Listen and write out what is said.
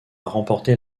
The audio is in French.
remporté